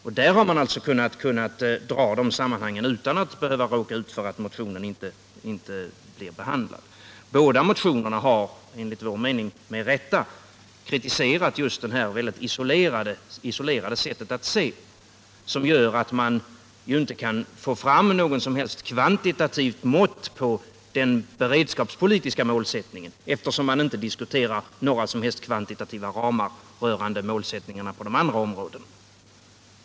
Och i den har man alltså kunnat påtala de sammanhangen utan att behöva råka ut för att motionen inte blir behandlad. Båda motionerna har enligt vår mening med rätta kritiserat detta mycket isolerade sätt att se på saken, som gör att man inte kan få fram något som helst kvantitativt mått på den beredskapspolitiska målsättningen —- man diskuterar inte några kvantitativa ramar rörande målsättningarna på de andra områdena.